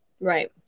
Right